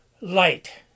light